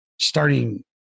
starting